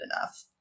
enough